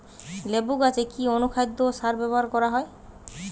লেবু গাছে কি অনুখাদ্য ও সার ব্যবহার করা হয়?